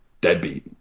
deadbeat